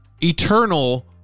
eternal